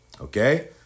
Okay